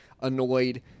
annoyed